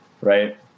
Right